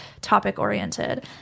topic-oriented